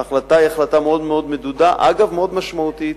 ההחלטה היא החלטה מאוד מדודה, אגב, מאוד משמעותית,